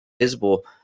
visible